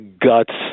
guts